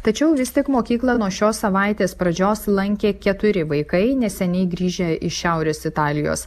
tačiau vis tiek mokyklą nuo šios savaitės pradžios lankė keturi vaikai neseniai grįžę iš šiaurės italijos